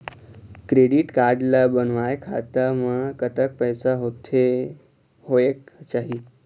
Credit card ला बनवाए खाता मा कतक पैसा होथे होएक चाही?